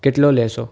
કેટલો લેશો